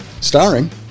Starring